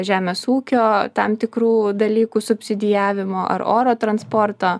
žemės ūkio tam tikrų dalykų subsidijavimo ar oro transporto